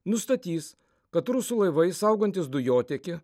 nustatys kad rusų laivai saugantys dujotiekį